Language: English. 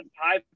high